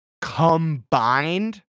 combined